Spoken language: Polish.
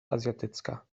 azjatycka